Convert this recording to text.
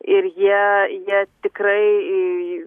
ir jie jie tikrai